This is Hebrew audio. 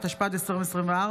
התשפ"ד 2024,